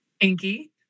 inky